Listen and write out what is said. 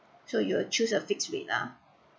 so you'll choose a fixed rate lah